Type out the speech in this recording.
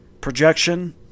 Projection